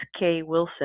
kwilson